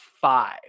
five